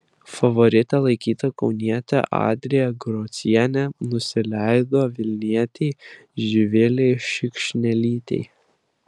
favorite laikyta kaunietė adrija grocienė nusileido vilnietei živilei šikšnelytei